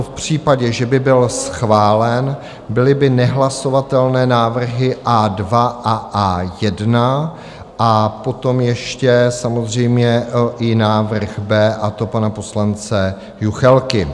V případě, že by byl schválen, byly by nehlasovatelné návrhy A2 a A1 a potom ještě samozřejmě i návrh B, a to pana poslance Juchelky.